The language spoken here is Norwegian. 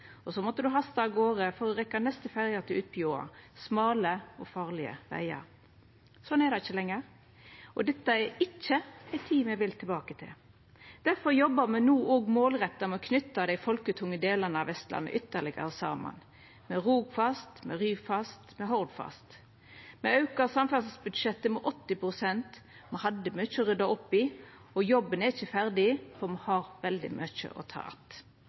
Så måtte du hasta av garde for å rekkja neste ferje frå Utbjoa, på smale og farlege vegar. Slik er det ikkje lenger. Dette er ikkje ei tid me vil tilbake til. Difor jobbar me no målretta for å knyta dei folketunge delane av Vestlandet ytterlegare saman, med Rogfast, med Ryfast, med Hordfast. Me har auka samferdselsbudsjettet med 80 pst. Me hadde mykje å rydda opp i, og jobben er ikkje ferdig. Me har mykje å ta att.